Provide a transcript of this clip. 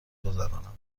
گذرانم